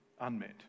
unmet